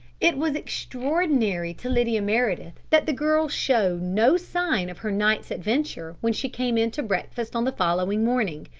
it was extraordinary to lydia meredith that the girl showed no sign of her night's adventure when she came in to breakfast on the following morning.